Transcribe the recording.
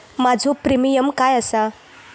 माझो प्रीमियम काय आसा?